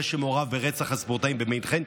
זה שמעורב ברצח הספורטאים במינכן,